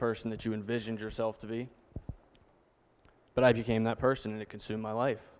person that you envision yourself to be but i became that person and it consumed my life